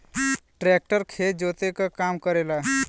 tractor खेत जोते क काम करेला